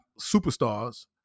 superstars